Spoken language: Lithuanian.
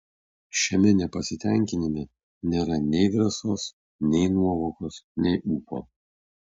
šiame nepasitenkinime nėra nei drąsos nei nuovokos nei ūpo